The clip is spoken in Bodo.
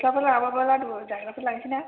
गस्लाफोर लाङाबाबो लादु जाग्राफोर लांसै ना